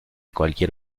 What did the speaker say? cualquier